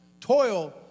toil